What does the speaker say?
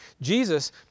Jesus